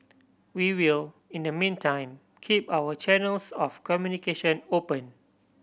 we will in the meantime keep our channels of communication open